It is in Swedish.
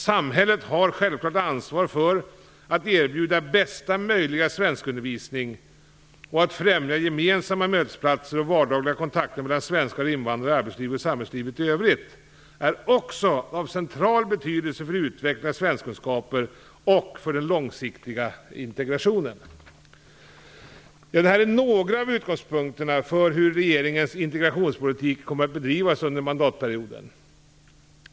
Samhället har självfallet ansvar för att erbjuda bästa möjliga svenskundervisning. Att främja gemensamma mötesplatser och vardagliga kontakter mellan svenskar och invandrare i arbetslivet och samhällslivet i övrigt är också av central betydelse för utveckling av svenskkunskaper och för den långsiktiga integrationen. Detta är några av utgångspunkterna för hur regeringens integrationspolitik kommer att bedrivas under mandatperioden.